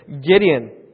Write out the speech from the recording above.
Gideon